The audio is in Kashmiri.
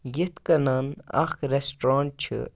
یِتھ کٔنۍ اَکھ ریسٹرٛونٛٹ چھِ